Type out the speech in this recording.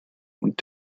und